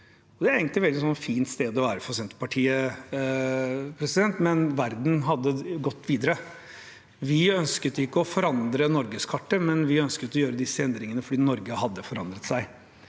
veldig fint å være for Senterpartiet, men verden hadde gått videre. Vi ønsket ikke å forandre norgeskartet, men vi ønsket å gjøre disse endringene fordi Norge hadde forandret seg.